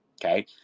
Okay